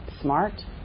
smart